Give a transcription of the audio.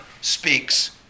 speaks